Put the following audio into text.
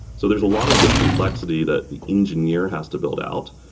so there's a lot of this complexity that the engineer has to build out,